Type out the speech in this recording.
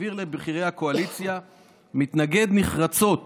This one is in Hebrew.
הבהיר לבכירי הקואליציה, "מתנגד נחרצות